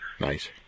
Nice